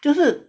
就是